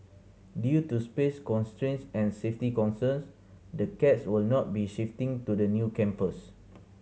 due to space constraints and safety concerns the cats will not be shifting to the new campus